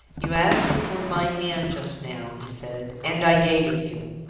you asked me for my hand just now, he said, and i gave it you.